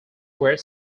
were